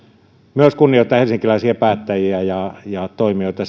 myös kunnioittaa helsinkiläisiä päättäjiä ja ja toimijoita